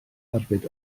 arbed